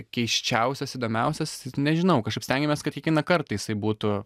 keisčiausias įdomiausias nežinau kažkaip stengiamės kad kiekvieną kartą jisai būtų